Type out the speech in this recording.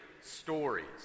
stories